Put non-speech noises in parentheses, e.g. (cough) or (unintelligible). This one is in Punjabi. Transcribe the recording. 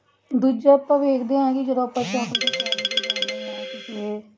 ਦੂਜਾ ਆਪਾਂ ਵੇਖਦੇ ਹਾਂ ਕਿ ਜਦੋਂ ਆਪਾਂ (unintelligible) ਕਿਤੇ